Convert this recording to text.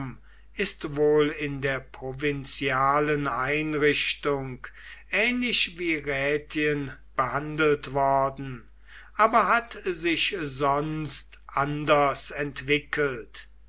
ist wohl in der provinzialen einrichtung ähnlich wie rätien behandelt worden aber hat sich sonst anders entwickelt